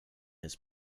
his